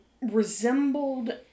resembled